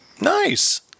Nice